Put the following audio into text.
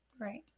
Right